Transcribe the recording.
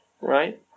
right